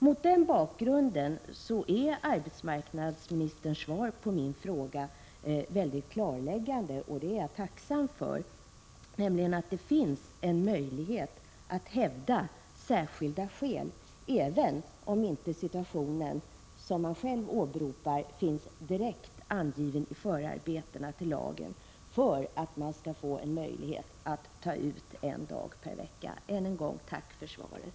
Mot den bakgrunden är arbetsmarknadsministerns svar på min fråga klarläggande, och det är jag tacksam för. Det finns alltså en möjlighet att hävda särskilda skäl för att få ta ut en ledig dag per vecka även om inte den situation man själv åberopar finns direkt angiven i förarbetena till lagen. Än en gång tack för svaret.